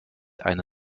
eine